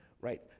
Right